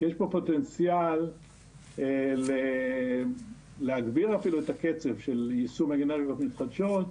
יש פה פוטנציאל להגביר אפילו את הקצב של יישום אנרגיות מתחדשות,